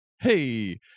Hey